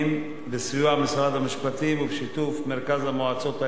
בסיוע משרד המשפטים ובשיתוף מרכז המועצות האזוריות.